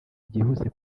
byihuse